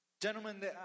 Gentlemen